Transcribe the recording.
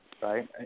Right